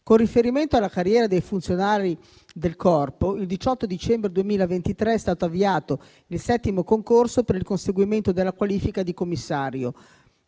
Con riferimento alla carriera dei funzionari del Corpo, il 18 dicembre 2023 è stato avviato il settimo concorso per il conseguimento della qualifica di commissario,